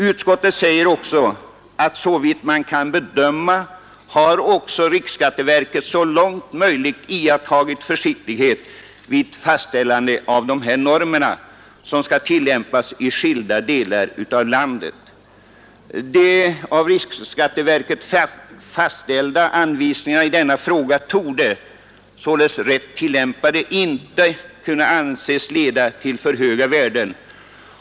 Utskottet säger även att såvitt man kan bedöma har också riksskatteverket så långt möjligt iakttagit försiktighet vid fastställande av de normer som skall tillämpas i skilda delar av landet. De av riksskatteverket fastställda anvisningarna i denna fråga torde således, rätt tillämpade, inte kunna anses leda till för höga värden.